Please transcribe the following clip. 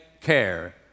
care